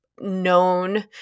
known